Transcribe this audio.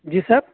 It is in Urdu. جی سر